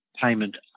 payment